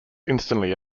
instantly